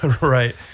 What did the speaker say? Right